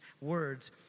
words